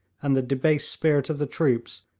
and the debased spirit of the troops,